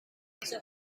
bestaat